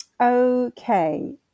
Okay